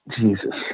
Jesus